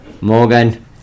Morgan